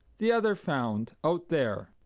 the other found out there.